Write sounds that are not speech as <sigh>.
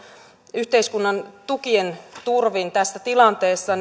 yhteiskunnan tukien turvin tässä tilanteessa <unintelligible>